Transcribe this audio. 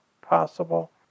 possible